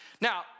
Now